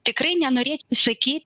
tikrai nenorėčiau sakyt